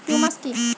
Humus কি?